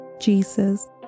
Jesus